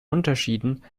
unterschieden